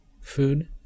food